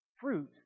fruit